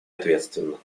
ответственно